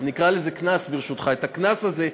נקרא לזה קנס, ברשותך, את הקנס הזה.